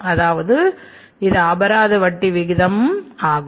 அதாவது இது அபராத வட்டி விகிதம் ஆகும்